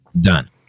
done